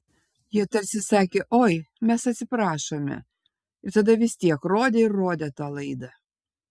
jie tarsi sakė oi mes atsiprašome ir tada vis tiek rodė ir rodė tą laidą